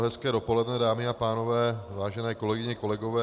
Hezké dopoledne, dámy a pánové, vážené kolegyně a kolegové.